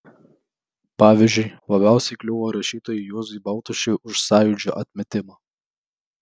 pavyzdžiui labiausiai kliuvo rašytojui juozui baltušiui už sąjūdžio atmetimą